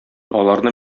аларны